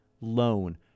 loan